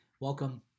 Welcome